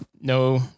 No